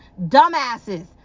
Dumbasses